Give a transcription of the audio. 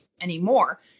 anymore